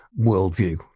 worldview